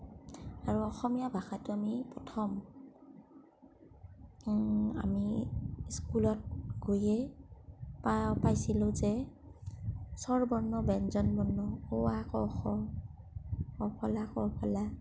আৰু অসমীয়া ভাষাটো আমি প্ৰথম আমি স্কুলত গৈয়ে পা পাইছিলোঁ যে স্বৰবৰ্ণ ব্যঞ্জনবৰ্ণ অ আ ক খ অ ফলা ক ফলা